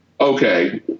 okay